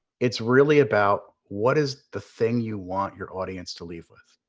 it's really about what is the thing you want your audience to leave with?